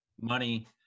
money